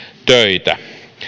töitä